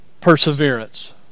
perseverance